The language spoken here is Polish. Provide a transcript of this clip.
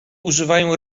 używają